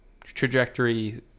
trajectory